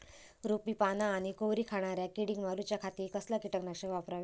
रोपाची पाना आनी कोवरी खाणाऱ्या किडीक मारूच्या खाती कसला किटकनाशक वापरावे?